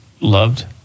loved